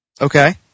Okay